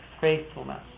faithfulness